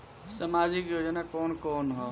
सामाजिक योजना कवन कवन ह?